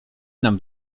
nam